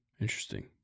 Interesting